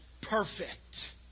perfect